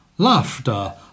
Laughter